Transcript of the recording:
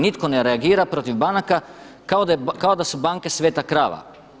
Nitko ne reagira protiv banaka kao da su banke sveta krava.